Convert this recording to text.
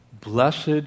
Blessed